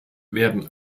werden